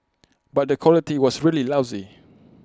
but the quality was really lousy